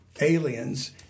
aliens